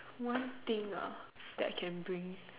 one thing that I can bring